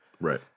Right